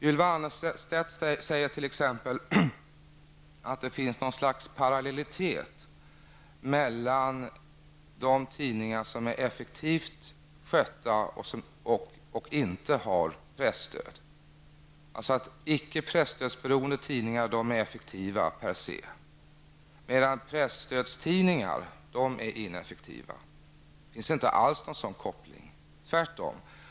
Ylva Annerstedt säger t.ex. att det finns ett slags parallellitet när det gäller å ena sidan de tidningar som är effektivt skötta och som inte uppbär presstöd -- icke presstödsberoende tidningar är alltså effektiva -- och å andra sidan presstödstidningar, som är ineffektiva. Det finns ingen sådan koppling, tvärtom.